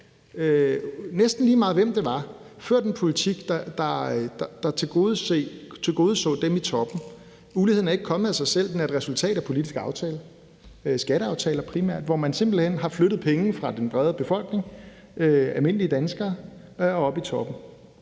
næsten lige meget hvem det var, ført en politik, der tilgodeså dem i toppen. Uligheden er ikke kommet af sig selv; den er et resultat af politiske aftaler, primært skatteaftaler, hvor man simpelt hen har flyttet penge fra den brede befolkning, altså almindelige danskere, til dem oppe